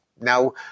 Now